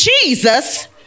Jesus